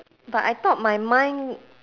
but I thought my mind